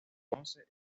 conoce